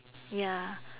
ya